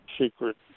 secret